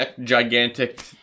gigantic